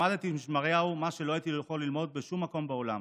למדתי משמריהו מה שלא הייתי יכול ללמוד בשום מקום בעולם.